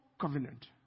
covenant